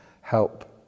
help